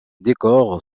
décor